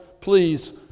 please